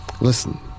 Listen